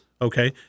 Okay